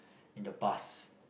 in the past